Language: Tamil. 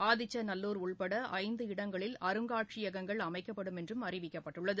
ஆதிச்சநல்லூர் உட்பட ஐந்து இடங்களில் அருங்காட்சியகங்கள் அமைக்கப்படும் என்றம் அறிவிக்கப்பட்டுள்ளது